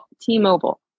T-Mobile